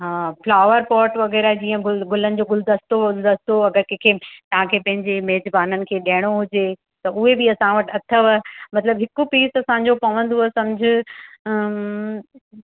हा flower pot वग़ैरह जीअं गुल गुलनि जो गुलदस्तो वुलदस्तो अगरि कंहिंखे तव्हांखे पंहिंजे मेज़बाननि खे ॾियणो हुजे त उहे बि असां वटि अथव मतिलबु हिकु पीस असांजो पवंदो सम्झ